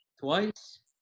Twice